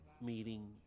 meeting